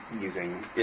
using